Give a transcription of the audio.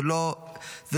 זה לא לעומתי,